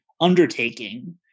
undertaking